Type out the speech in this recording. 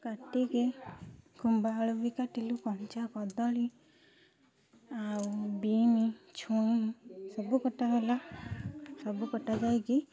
କାଟିକି ଖମ୍ବଆଳୁ ବି କାଟିଲୁ କଞ୍ଚା କଦଳୀ ଆଉ ବିନ୍ ଛୁଇଁ ସବୁ କଟାଗଲା ସବୁ କଟାଯାଇକି